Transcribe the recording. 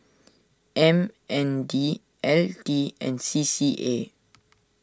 M N D L T and C C A